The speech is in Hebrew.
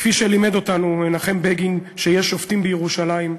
כפי שלימד אותנו מנחם בגין שיש שופטים בירושלים,